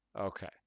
Okay